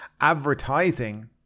advertising